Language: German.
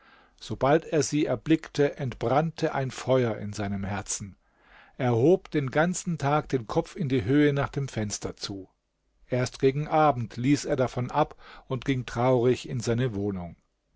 sobald er sie erblickte entbrannte ein feuer in seinem herzen er hob den ganzen tag den kopf in die höhe nach dem fenster zu erst gegen abend ließ er davon ab und ging traurig in seine wohnung